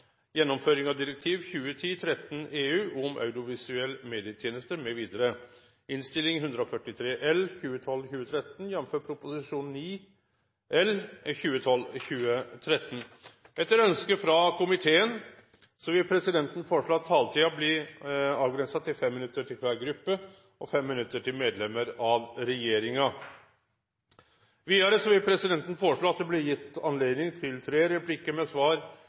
varetaking av Munch som si oppgåve, ein del av vårt bidrag. Sak nr. 6 er dermed ferdigbehandlet. Etter ønske fra familie- og kulturkomiteen vil presidenten foreslå at taletiden blir begrenset til 5 minutter til hver gruppe og 5 minutter til medlemmer av regjeringen. Videre vil presidenten foreslå at det blir gitt anledning til tre replikker med svar